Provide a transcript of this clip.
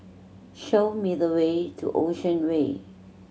show me the way to Ocean Way